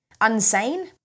Unsane